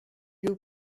you